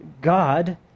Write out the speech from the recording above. God